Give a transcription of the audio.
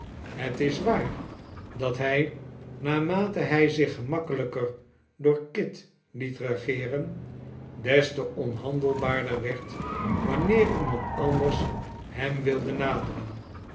het is waar dat hij naarmate hij zich gemakkelijker door kit liet regeeren des te onhandelbaarder werd wanneer iemand anders hem wilde naderen